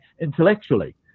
intellectually